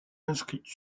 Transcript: inscrite